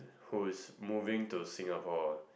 who is moving to Singapore